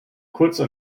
kurze